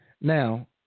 Now